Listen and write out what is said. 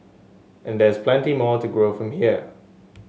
and there's plenty more to grow from here